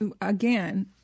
Again